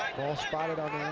ball spotted on